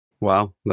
Wow